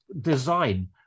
design